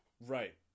right